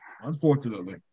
unfortunately